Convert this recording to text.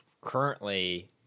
currently